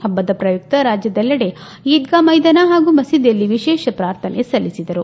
ಪಬ್ಲದ ಶ್ರಯುಕ್ತ ರಾಜ್ಯದೆಲ್ಲೆಡೆ ಈದ್ಗಾ ಮೈದಾನ ಹಾಗೂ ಮಸೀದಿಯಲ್ಲಿ ವಿಶೇಷ ಪ್ರಾರ್ಥನೆ ಸಲ್ಲಿಸಿದರು